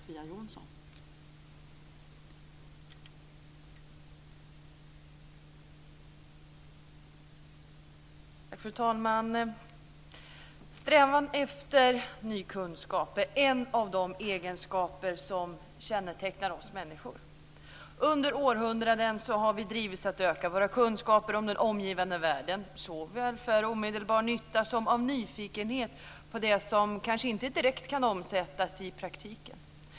Fru talman! Strävan efter ny kunskap är en av de egenskaper som kännetecknar människor. Under århundraden har vi drivits att öka våra kunskaper om den omgivande världen, såväl för omedelbar nytta som av nyfikenhet på det som kanske inte direkt kan omsättas i praktiken.